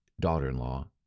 daughter-in-law